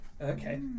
okay